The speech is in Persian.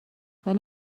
ولی